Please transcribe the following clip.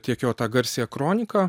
tiek jo tą garsiąją kroniką